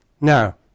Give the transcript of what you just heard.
Now